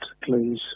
please